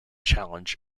challenge